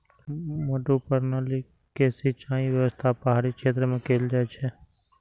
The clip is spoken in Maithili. मड्डू प्रणाली के सिंचाइ व्यवस्था पहाड़ी क्षेत्र मे कैल जाइ छै